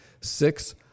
six